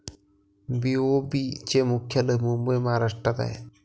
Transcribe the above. BOB चे मुख्यालय मुंबई महाराष्ट्रात आहे